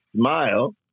smile